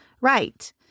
right